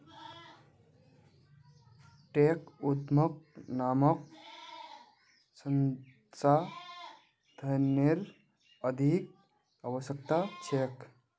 tech उद्यमक मानव संसाधनेर अधिक आवश्यकता छेक